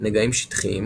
נגעים שטחיים